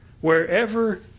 wherever